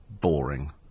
boring